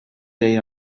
days